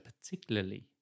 particularly